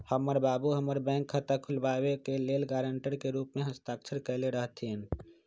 हमर बाबू हमर बैंक खता खुलाबे के लेल गरांटर के रूप में हस्ताक्षर कयले रहथिन